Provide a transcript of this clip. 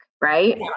right